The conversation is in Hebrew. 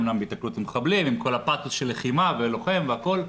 אמנם בהיתקלות עם מחבלים עם כל הפאתוס של לחימה ולוחם והכל,